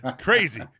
crazy